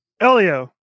Elio